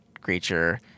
creature